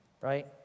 Right